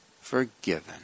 forgiven